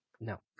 No